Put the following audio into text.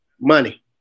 Money